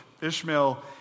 Ishmael